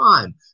time